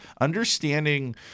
understanding